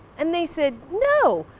and they said, no,